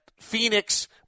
Phoenix